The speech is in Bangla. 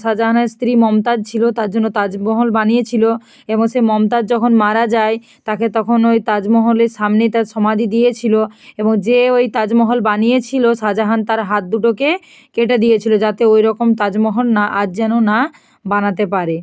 শাহজানের স্ত্রী মমতাজ ছিলো তার জন্য তাজমহল বানিয়েছিলো এবং সে মমতাজ যখন মারা যায় তাকে তখন ওই তাজমহলের সামনে তার সমাধি দিয়েছিলো এবং যে ওই তাজমহল বানিয়েছিলো শাহজাহান তার হাত দুটোকে কেটে দিয়েছিলো যাতে ওই রকম তাজমহল না আর যেন না বানাতে পারে